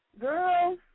Girl